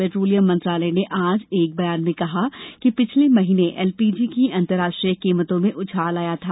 petroleum मंत्रालय ने आज एक बयान में कहा कि पिछले महीने एलपीजी की अंतर्राष्ट्रीय कीमतों में उछाल आया था